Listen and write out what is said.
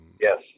yes